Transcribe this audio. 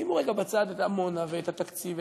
שימו רגע בצד את עמונה ואת התקציב,